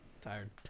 Tired